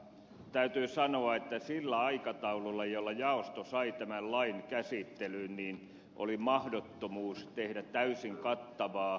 täytyy sanoa että sillä aikataululla jolla jaosto sai tämän lain käsittelyyn oli mahdottomuus tehdä täysin kattavaa määrittelyä